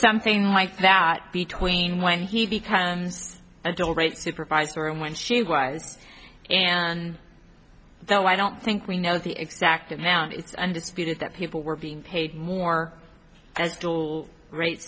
something like that between when he becomes a deliberate supervisor and when she was and though i don't think we know the exact amount it's undisputed that people were being paid more as great